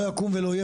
לא יקום ולא יהיה,